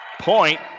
point